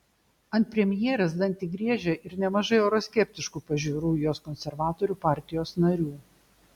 ant premjerės dantį griežia ir nemažai euroskeptiškų pažiūrų jos konservatorių partijos narių